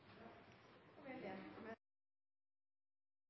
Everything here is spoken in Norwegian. Det vil eg